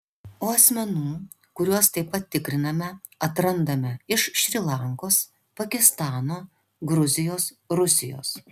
o asmenų kuriuos taip pat tikriname atrandame iš šri lankos pakistano gruzijos rusijos